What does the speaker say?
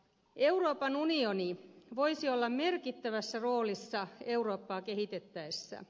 euroopan unioni voisi olla merkittävässä roolissa eurooppaa kehitettäessä